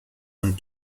and